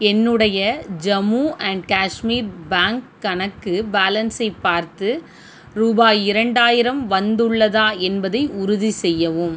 என்னுடைய Jammu and Kashmir bank கணக்கு பேலன்ஸை பார்த்து ரூபாய் இரண்டாயிரம் வந்துள்ளதா என்பதை உறுதிசெய்யவும்